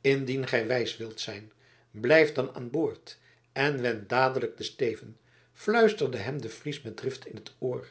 indien gij wijs wilt zijn blijf dan aan boord en wend dadelijk den steven fluisterde hem de fries met drift in het oor